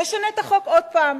נשנה את החוק עוד פעם.